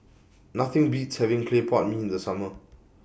Nothing Beats having Clay Pot Mee in The Summer